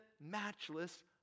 matchless